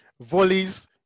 volleys